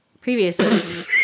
Previous